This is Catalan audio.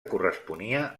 corresponia